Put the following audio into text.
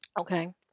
Okay